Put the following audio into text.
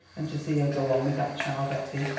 and to see her go on with that child effie,